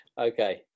Okay